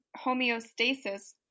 homeostasis